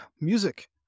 music